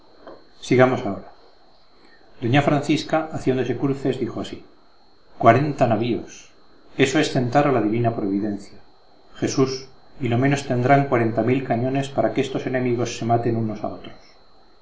sigamos ahora doña francisca haciéndose cruces dijo así cuarenta navíos eso es tentar a la divina providencia jesús y lo menos tendrán cuarenta mil cañones para que estos enemigos se maten unos a otros